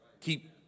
Keep